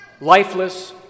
lifeless